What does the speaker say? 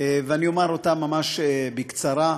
ואני אציג אותה ממש בקצרה.